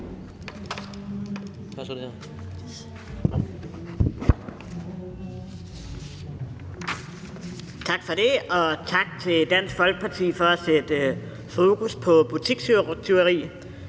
Tak for det. Og tak til Dansk Folkeparti for at sætte fokus på butikstyveri.